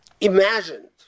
imagined